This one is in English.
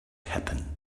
happen